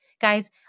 Guys